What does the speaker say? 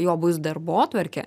jo bus darbotvarkė